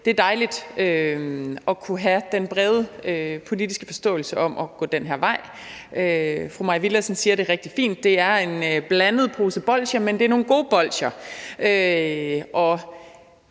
det er dejligt at kunne have den brede politiske forståelse om at gå den her vej. Fru Mai Villadsen siger det rigtig fint: Det er en blandet pose bolsjer, men det er nogle gode bolsjer. For